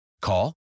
Call